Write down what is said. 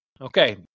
Okay